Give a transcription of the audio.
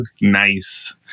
Nice